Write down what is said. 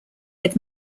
had